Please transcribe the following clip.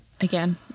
again